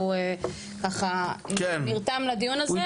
ככה נרתם לדיון הזה.